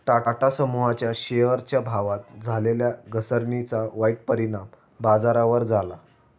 टाटा समूहाच्या शेअरच्या भावात झालेल्या घसरणीचा वाईट परिणाम बाजारावर झाला